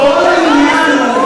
חד-משמעית,